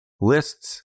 lists